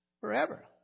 Forever